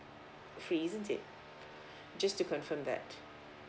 free isn't it just to confirm that